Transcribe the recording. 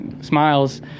smiles